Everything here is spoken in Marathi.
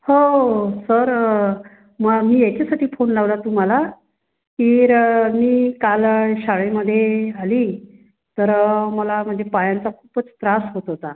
हो हो हो सर मग मी याच्यासाठी फोन लावला तुम्हाला की रं मी काल शाळेमध्ये आली तर मला म्हणजे पायांचा खूपच त्रास होत होता